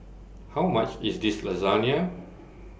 How much IS Lasagne